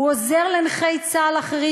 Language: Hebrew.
הוא עוזר לנכי צה"ל אחרים,